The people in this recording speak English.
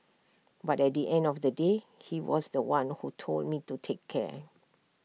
but at the end of the day he was The One who told me to take care